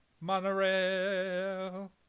monorail